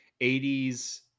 80s